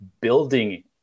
building